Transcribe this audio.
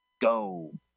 go